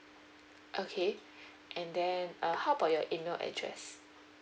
okay and then uh how about your email address